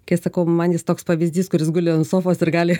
kai sakau man jis toks pavyzdys kur jis guli ant sofos ir gali